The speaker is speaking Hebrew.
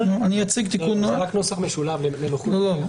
זה רק נוסח משולב לשם הנוחות.